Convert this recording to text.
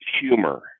humor